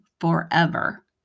forever